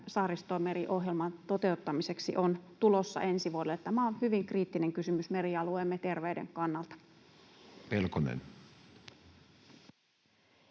Saaristomeri-ohjelman toteuttamiseksi on tulossa ensi vuodelle? Tämä on hyvin kriittinen kysymys merialueemme terveyden kannalta. [Speech